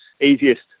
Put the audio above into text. easiest